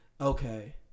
Okay